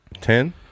ten